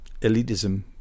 elitism